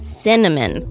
cinnamon